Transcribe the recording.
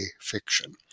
fiction